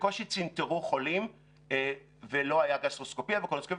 בקושי צנתרו חולים ולא היה גסטרוסקופיה וקולונוסקופיה,